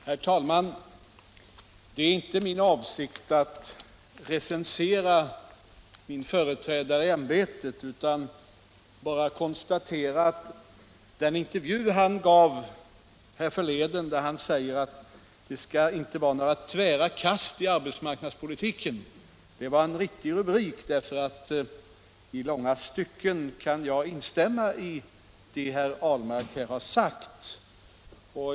Herr talman! Det är inte min avsikt att recensera min efterträdare i ämbetet, utan jag vill bara konstatera att den intervju han gav härförleden, då han sade att det inte skall vara några tvära kast i arbetsmarknadspolitiken, bar en riktig rubrik. I långa stycken kan jag instämma i det herr Ahlmark där sade.